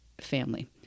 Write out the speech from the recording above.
family